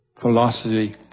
philosophy